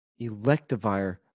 Electivire